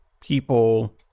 people